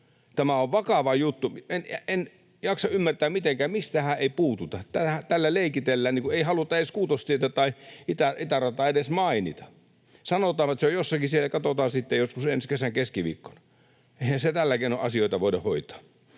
Tämä on vakava juttu. En jaksa ymmärtää mitenkään, miksi tähän ei puututa. Tällä leikitellään, ei haluta Kuutostietä tai itärataa edes mainita. Sanotaan, että se on jossakin siellä, ja katsotaan sitten joskus ensi kesän keskiviikkona. Eihän tällä keinoin asioita voida hoitaa.